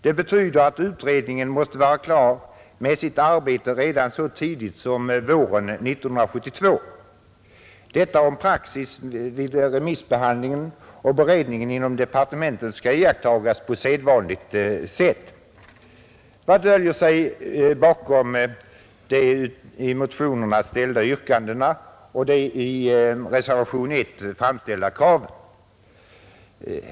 Det betyder att utredningen måste vara klar med sitt arbete redan så tidigt som våren 1972, om praxis vid remissbehandling och beredning inom departementet skall iakttagas på sedvanligt sätt. Vad döljer sig bakom de i motionerna ställda yrkandena och de i reservationen 1 framställda kraven?